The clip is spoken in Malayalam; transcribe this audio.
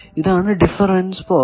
ഇതാണ് ഡിഫറെൻസ് പോർട്ട്